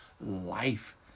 life